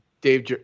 Dave